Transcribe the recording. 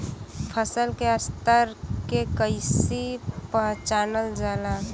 फसल के स्तर के कइसी पहचानल जाला